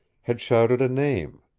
had shouted a name.